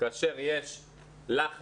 כאשר יש לחץ,